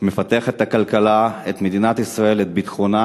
מפתח את הכלכלה, את מדינת ישראל, את ביטחונה,